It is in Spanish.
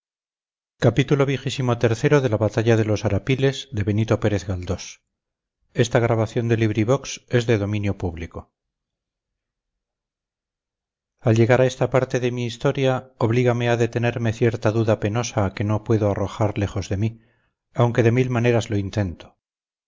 siguientes al llegar a esta parte de mi historia oblígame a detenerme cierta duda penosa que no puedo arrojar lejos de mí aunque de mil maneras lo intento